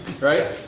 Right